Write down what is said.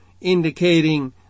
indicating